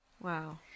Wow